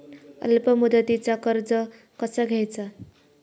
अल्प मुदतीचा कर्ज कसा घ्यायचा?